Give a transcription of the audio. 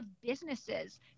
businesses